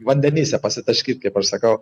vandenyse pasitaškyt kaip aš sakau